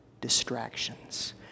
distractions